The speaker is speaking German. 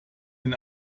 den